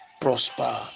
prosper